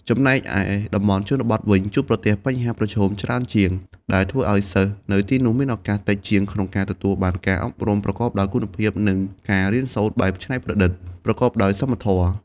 ចំណែកឯតំបន់ជនបទវិញ ជួបប្រទះបញ្ហាប្រឈមច្រើនជាង ដែលធ្វើឱ្យសិស្សនៅទីនោះមានឱកាសតិចជាងក្នុងការទទួលបានការអប់រំប្រកបដោយគុណភាព និងការរៀនសូត្របែបច្នៃប្រឌិត ប្រកបដោយសមធម៌។